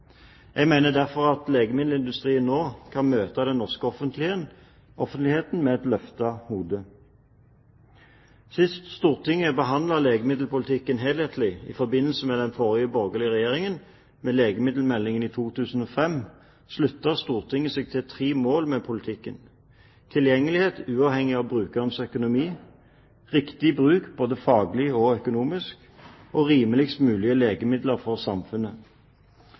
Jeg mener derfor at legemiddelindustrien nå kan møte den norske offentligheten med et løftet hode. Sist Stortinget behandlet legemiddelpolitikken helhetlig, var i forbindelse med at den forrige borgerlige regjeringen la fram legemiddelmeldingen i 2005. Da sluttet Stortinget seg til tre mål med politikken: tilgjengelighet uavhengig av brukerens økonomi, riktig bruk – både faglig og økonomisk – og rimeligst mulig legemidler for samfunnet.